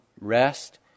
rest